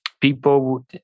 people